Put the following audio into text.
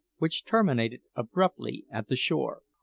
which terminated abruptly at the shore.